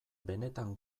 benetan